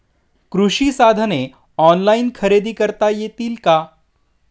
कृषी साधने ऑनलाइन खरेदी करता येतील का?